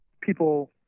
people